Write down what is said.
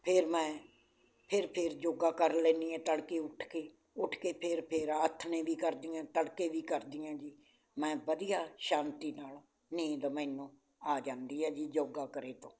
ਫੇਰ ਮੈਂ ਫੇਰ ਫੇਰ ਯੋਗਾ ਕਰ ਲੈਂਦੀ ਹਾਂ ਤੜਕੇ ਉੱਠ ਕੇ ਉੱਠ ਕੇ ਫੇਰ ਫੇਰ ਆਥਣੇ ਵੀ ਕਰਦੀ ਹਾਂ ਤੜਕੇ ਵੀ ਕਰਦੀ ਹਾਂ ਜੀ ਮੈਂ ਵਧੀਆ ਸ਼ਾਂਤੀ ਨਾਲ ਨੀਂਦ ਮੈਨੂੰ ਆ ਜਾਂਦੀ ਹੈ ਜੀ ਯੋਗਾ ਕਰੇ ਤੋਂ